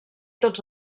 tots